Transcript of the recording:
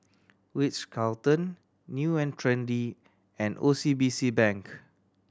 Ritz Carlton New and Trendy and O C B C Bank